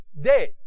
day